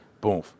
boom